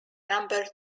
number